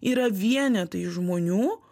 yra vienetai žmonių